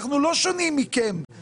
אנחנו לא שונים מכם,